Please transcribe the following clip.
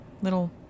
Little